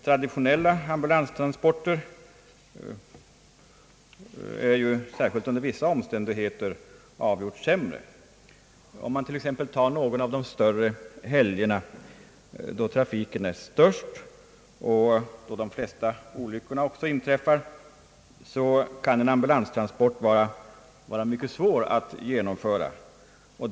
Traditionella ambulanstransporter är ju, särskilt under vissa omständigheter, avgjort sämre. Om man t.ex. tar någon av de större helgerna, då trafiken är störst och då de flesta olyckorna också inträffar, kan en ambulanstransport vara mycket svår att genomföra.